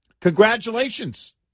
Congratulations